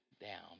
down